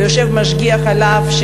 ויושב משגיח עליו,